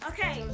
Okay